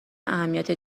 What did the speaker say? اهمیت